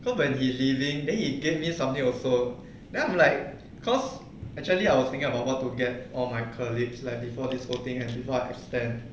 well when he leaving then he give me something also then I am like cause actually I was thinking about what to get all my colleagues and before this whole thing ends before I extend